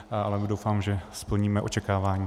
Ale doufám, že splníme očekávání.